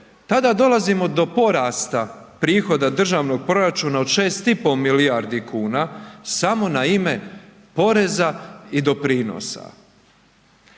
tada dolazimo do porasta prihoda državnog proračuna od 6,5 milijardi kuna samo na ime poreza i doprinosa.